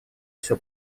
все